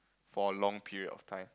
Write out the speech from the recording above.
for a long period of time